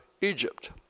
Egypt